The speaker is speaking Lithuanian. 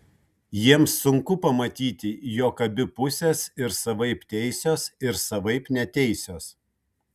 jiems sunku pamatyti jog abi pusės ir savaip teisios ir savaip neteisios